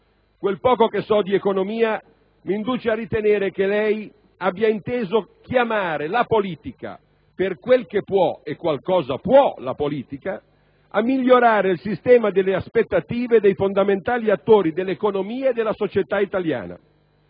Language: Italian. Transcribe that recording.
Quel poco che so di economia mi induce a ritenere che lei abbia inteso chiamare la politica - per quel che può, e qualcosa può, la politica - a migliorare il sistema delle aspettative dei fondamentali attori dell'economia e della società italiane.